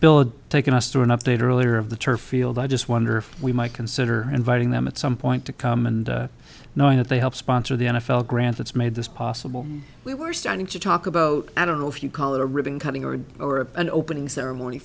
is taking us through an update earlier of the turf field i just wonder if we might consider inviting them at some point to come and knowing that they help sponsor the n f l grant that's made this possible we were starting to talk about i don't know if you call it a ribbon cutting or an opening ceremony